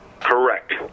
Correct